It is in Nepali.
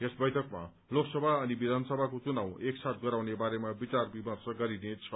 यस बैठकमा लोकसभा अनि विधानसभाको चुनाव एकसाथ गराउने बारेमा विचार विमर्श गरिनेछ